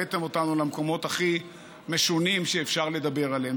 הבאתם אותנו למקומות הכי משונים שאפשר לדבר עליהם.